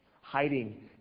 hiding